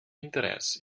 interès